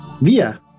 Via